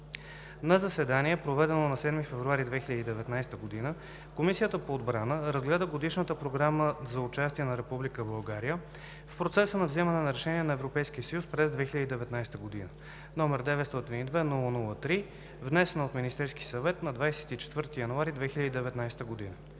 заседание, проведено на 6 февруари 2019 г., Комисията по правни въпроси разгледа Годишната програма за участие на Република България в процеса на вземане на решения на Европейския съюз през 2019 г., № 902-00-3, внесена от Министерски съвет на 24 януари 2019 г.